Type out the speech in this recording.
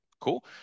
cool